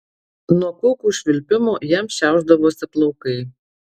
nuo kulkų švilpimo jam šiaušdavosi plaukai